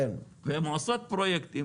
והן עושות פרויקטים,